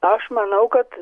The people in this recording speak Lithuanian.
aš manau kad